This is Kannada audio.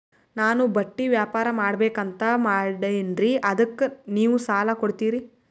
ನಾನು ಬಟ್ಟಿ ವ್ಯಾಪಾರ್ ಮಾಡಬಕು ಅಂತ ಮಾಡಿನ್ರಿ ಅದಕ್ಕ ನೀವು ಸಾಲ ಕೊಡ್ತೀರಿ?